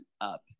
up